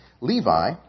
Levi